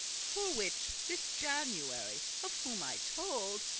for which this january, of whom i told,